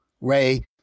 Ray